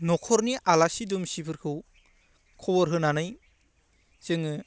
न'खरनि आलासि दुमसिफोरखौ खबर होनानै जोङो